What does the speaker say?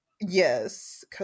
Yes